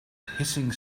hissing